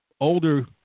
older